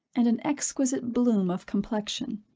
and an exquisite bloom of complexion.